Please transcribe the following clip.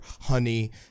Honey